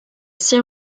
six